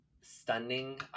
stunning